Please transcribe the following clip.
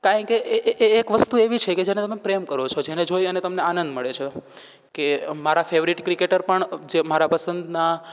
કારણકે એ એક વસ્તુ એવી છે કે જેને તમે પ્રેમ કરો છો જેને જોઈ અને તમને આનંદ મળે છે કે મારા ફેવરિટ ક્રિકેટર પણ છે મારા પસંદના